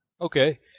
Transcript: Okay